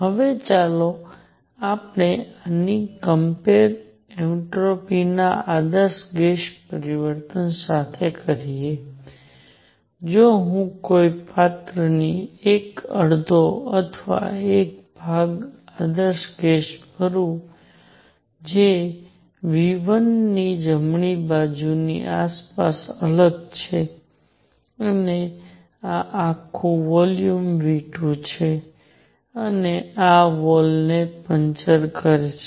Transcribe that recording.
હવે ચાલો આપણે આની કંપેર એન્ટ્રોપીના આદર્શ ગેસ પરિવર્તન સાથે કરીએ જો હું કોઈ પાત્રનો 1 અડધો અથવા 1 ભાગ આદર્શ ગેસ ભરું છું જે V1 ની જમણી બાજુની આસપાસથી અલગ છે અને આ આખું વોલ્યુમ V2 છે અને આ વોલ ને પંચર કરે છે